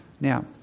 Now